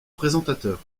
présentateur